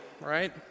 Right